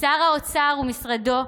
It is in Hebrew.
לשר האוצר ולמשרדו,